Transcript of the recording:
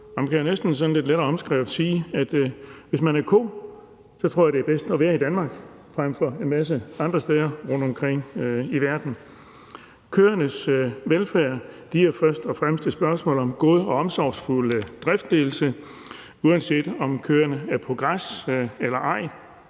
Man kan næsten sådan lidt lettere omskrevet sige, at hvis man er ko, er det bedst at være i Danmark frem for en masse andre steder rundtomkring i verden, tror jeg. Køernes velfærd er først og fremmest et spørgsmål om god og omsorgsfuld driftsledelse, uanset om køerne er på græs eller ej.